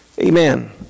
Amen